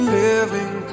living